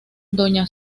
doña